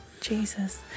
Jesus